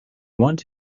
want